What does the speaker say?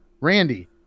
Randy